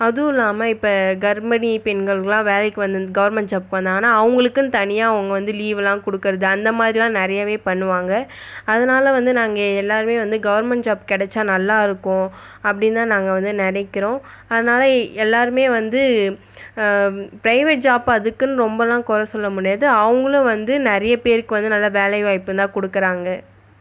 அதுவுல்லாமல் இப்போ கர்பிணி பெண்களுக்குலாம் வேலைக்கு வந்து கவர்மெண்ட் ஜாப்புக்கு வந்தாங்கன்னால் அவங்களுக்குன்னு தனியாக அவங்க வந்து லீவுலாம் கொடுக்கறது அந்தமாதிரிலாம் நிறையவே பண்ணுவாங்க அதனால வந்து நாங்கள் எல்லோருமே வந்து கவர்மெண்ட் ஜாப் கிடச்சா நல்லா இருக்கும் அப்படின்னு தான் நாங்கள் வந்து நினைக்கிறோம் அதனால எல்லோருமே வந்து பிரைவேட் ஜாப் அதுக்குன்னு ரொம்பெலாம் குற சொல்ல முடியாது அவங்களும் வந்து நிறைய பேருக்கு வந்து நல்ல வேலை வாய்ப்புந்தான் கொடுக்கறாங்க